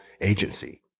agency